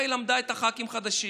וככה היא למדה את הח"כים החדשים.